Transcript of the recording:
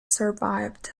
survived